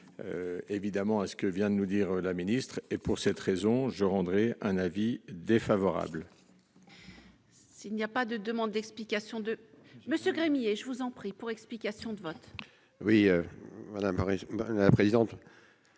évidemment, à ce que vient de nous dire la ministre et pour cette raison, je rendrai un avis défavorable. S'il n'y a pas de demande d'explication de Monsieur et je vous en prie pour explication de vote. Oui, madame la présidente,